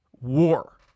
war